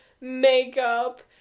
makeup